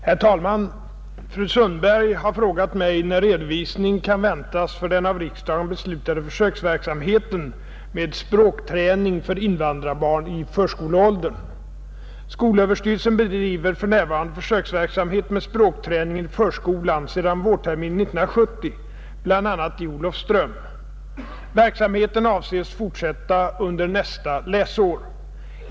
Herr talman! Fru Sundberg har frågat mig, när redovisning kan väntas för den av riksdagen beslutade försöksverksamheten med språkträning för invandrarbarn i förskoleåldern, Skolöverstyrelsen bedriver för närvarande försöksverksamhet med språkträning i förskolan sedan vårterminen 1970, bl.a. i Olofström. Verksamheten avses fortsätta under nästa läsår.